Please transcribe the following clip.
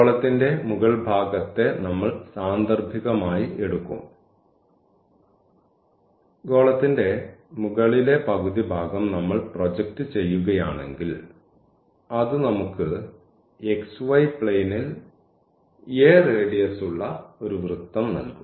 ഗോളത്തിന്റെ മുകൾ ഭാഗത്തെ നമ്മൾ സാന്ദർഭികമായി എടുക്കും ഗോളത്തിന്റെ മുകളിലെ പകുതി ഭാഗം നമ്മൾ പ്രൊജക്റ്റ് ചെയ്യുകയാണെങ്കിൽ അത് നമുക്ക് ഇത് xy പ്ലെയ്നിൽ a റേഡിയസ് ഉള്ള വൃത്തം നൽകും